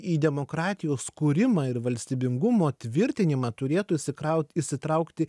į demokratijos kūrimą ir valstybingumo tvirtinimą turėtų įsikraut įsitraukti